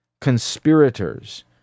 conspirators